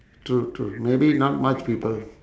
true true maybe not much people